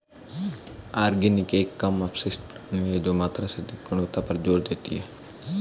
organic एक कम अपशिष्ट प्रणाली है जो मात्रा से अधिक गुणवत्ता पर जोर देती है